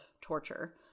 torture